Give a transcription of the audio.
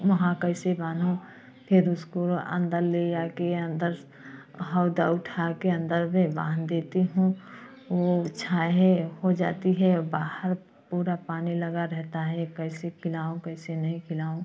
वहाँ कैसे बांधू फिर उसको अंदर ले आके अंदर हौदा के अंदर में बांध देती हूँ वो छाहे हो जाती है बाहर पूरा पानी लगा रहता है कैसे खिलाऊँ कैसे नहीं खिलाऊँ